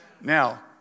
Now